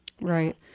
Right